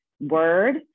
word